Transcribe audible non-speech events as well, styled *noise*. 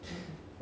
*breath*